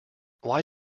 why